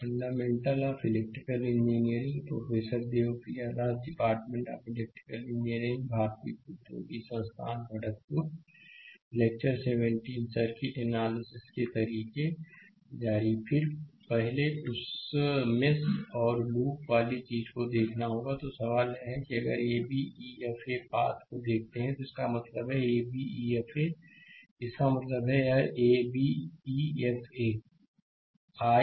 fundamental of electrical engineering professor Devpriya Das department of electrical engineering भारतीय प्रौद्योगिकी संस्थान खड़गपुर लेक्चर 17 सर्किट एनालिसिस के तरीके जारी स्लाइड समय देखें 0022 फिर पहले उस मेष और लूप वाली चीज़ को देखना होगा तो सवाल यह है कि अगर a b e f a path को देखते हैं इसका मतलब है a b e f a इसका मतलब है यह एक a b e f a